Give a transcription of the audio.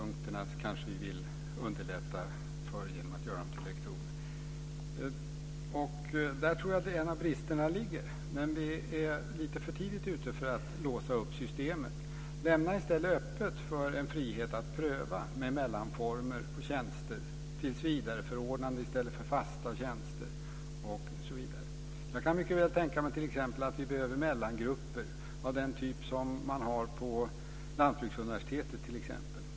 Vi vill kanske underlätta för adjunkterna genom att göra dem till lektorer. Där tror jag att en av bristerna ligger. Vi är lite för tidigt ute för att låsa upp systemet. Vi ska nog i stället lämna öppet för en frihet att pröva med mellanformer av tjänster, t.ex. tillsvidareförordnanden i stället för fasta tjänster osv. Jag kan mycket väl tänka mig att vi behöver mellangrupper av den typ som man har på Lantbruksuniversitetet t.ex.